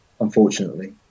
unfortunately